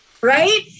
Right